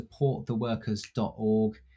supporttheworkers.org